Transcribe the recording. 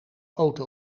auto